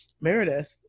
meredith